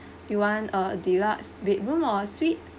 you want a deluxe bedroom or a suite